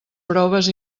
proves